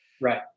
Right